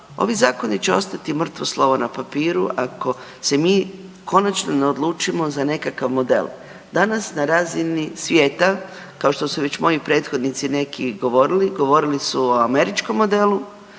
ovi zakoni će ostati mrtvo slovo na papiru ako se mi konačno ne odlučimo za nekakav model. Danas na razini svijeta, kao što su već moji prethodnici neki govorili, govorili su o američkom modelu,